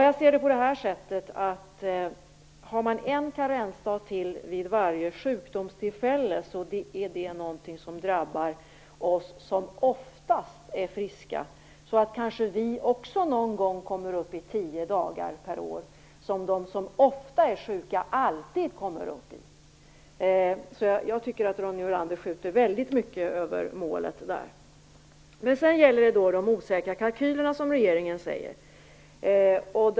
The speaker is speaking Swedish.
Jag ser det så här: Har man en karensdag till vid varje sjukdomstillfälle är det någonting som drabbar oss som oftast är friska, så att vi kanske också någon gång kommer upp i tio dagar per år, som de som ofta är sjuka alltid kommer upp i. Jag tycker alltså att Ronny Olander skjuter väldigt mycket över målet där. Sedan gäller det de osäkra kalkylerna, som regeringen säger.